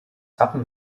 wappen